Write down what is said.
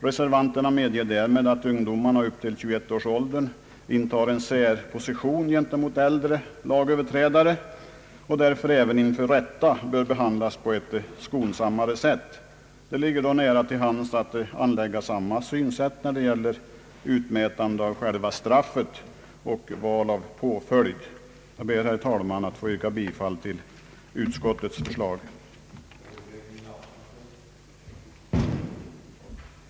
Reservanterna medger därmed att ungdomar upp till 21-årsåldern intar en särposition gentemot äldre lagöverträdare och att de unga därför inför rätta bör behandias på ett skonsammare sätt. Det ligger då nära till hands att anlägga samma synsätt när det gälier utmätande av själva straffet och val av påföljd. Jag ber, herr talman, att få yrka bifall till utskottets förslag. Den minsta återbetalningstiden för återbetalningspliktiga studiemedel föresloges normalt bli minst 15 år i stället för nuvarande 10 år. Vidare föresloges att åldersgränsen för erhållande av studiemedel skulle höjas från 40 till 45 år.